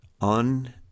on